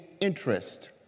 interest